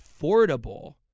affordable